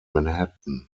manhattan